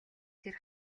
тэр